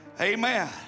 Amen